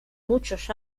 muchos